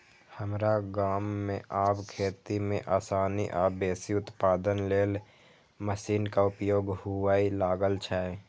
हमरा गाम मे आब खेती मे आसानी आ बेसी उत्पादन लेल मशीनक उपयोग हुअय लागल छै